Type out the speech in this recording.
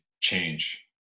change